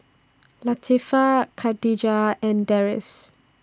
Latifa Khadija and Deris